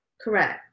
correct